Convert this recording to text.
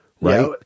Right